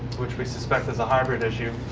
which we suspect is a hybrid issue.